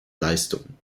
leistungen